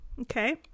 Okay